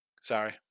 Sorry